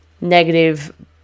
negative